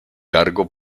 cargo